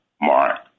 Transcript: mark